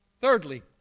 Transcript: Thirdly